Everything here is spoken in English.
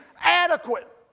adequate